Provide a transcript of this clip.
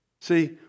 See